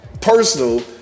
Personal